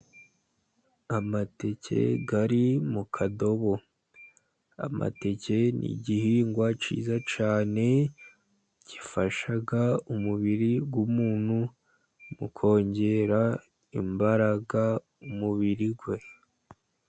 Amateke ari mu kadobo. Amateke ni igihingwa cyiza cyane, gifasha umubiri w'umuntu mu kongera imbaraga umubiri we.